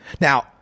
Now